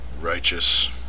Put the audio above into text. righteous